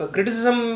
Criticism